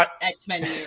X-Men